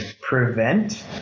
prevent